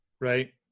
right